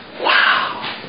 Wow